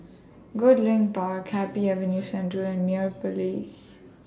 Goodlink Park Happy Avenue Central and Meyer Place